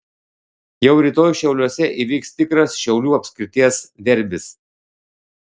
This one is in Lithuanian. jau rytoj šiauliuose įvyks tikras šiaulių apskrities derbis